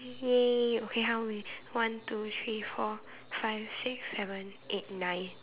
!yay! okay how many one two three four five six seven eight nine